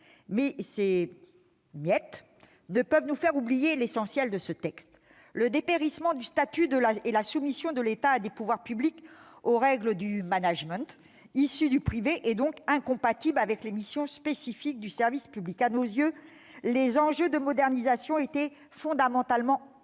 ces miettes ne peuvent nous faire oublier l'essentiel de ce texte : le dépérissement du statut et la soumission de l'État et des pouvoirs publics aux règles de management issues du privé, donc incompatibles avec les missions spécifiques du service public. À nos yeux, les enjeux de modernisation se situaient fondamentalement ailleurs.